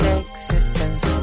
existence